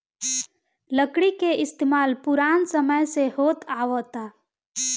लकड़ी के इस्तमाल पुरान समय से होत आवता